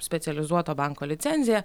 specializuoto banko licenciją